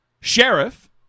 Sheriff